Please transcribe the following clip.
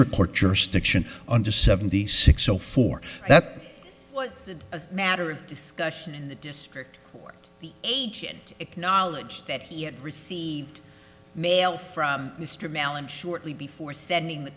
report jurisdiction under seventy six so for that was a matter of discussion in the district or the agent acknowledged that he had received mail from mr mellon shortly before sending the